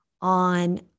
on